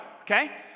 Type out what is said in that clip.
Okay